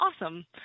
awesome